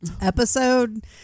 episode